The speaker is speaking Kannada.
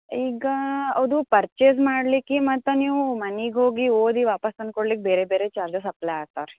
ಈಗ ಅದು ಪರ್ಚೇಸ್ ಮಾಡ್ಲಿಕ್ಕೆ ಮತ್ತು ನೀವು ಮನೆಗೆ ಹೋಗಿ ಓದಿ ವಾಪಾಸ್ಸು ತಂದು ಕೊಡ್ಲಿಕ್ಕೆ ಬೇರೆ ಬೇರೆ ಚಾರ್ಜಸ್ ಅಪ್ಲೈ ಆಗ್ತಾವೆ ರೀ